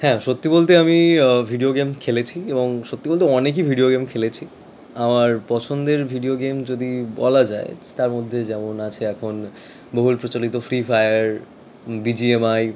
হ্যাঁ সত্যি বলতে আমি ভিডিও গেম খেলেছি এবং সত্যি বলতে অনেকই ভিডিও গেম খেলেছি আমার পছন্দের ভিডিও গেম যদি বলা যায় তার মধ্যে যেমন আছে এখন বহুল প্রচলিত ফ্রি ফায়ার বিজিএমআই